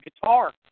guitar